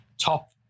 top